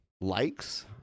Likes